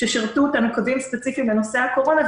ששירתו אותן קווים ספציפיים לנושא הקורונה,